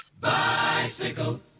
Bicycle